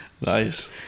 nice